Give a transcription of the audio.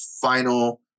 final